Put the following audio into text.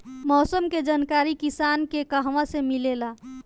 मौसम के जानकारी किसान के कहवा से मिलेला?